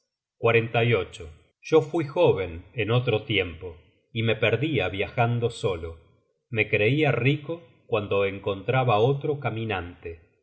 vuélvele las tornas yo fui joven en otro tiempo y me perdia viajando solo me creia rico cuando encontraba otro caminante